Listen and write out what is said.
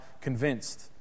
convinced